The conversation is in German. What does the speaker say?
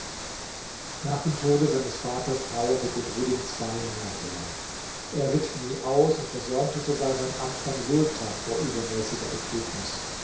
nach dem tode seines vaters trauerte bedruddin zwei monate lang er ritt nie aus und versäumte sogar sein amt beim sultan vor übermäßiger betrübnis